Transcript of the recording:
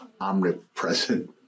omnipresent